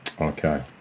okay